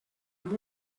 amb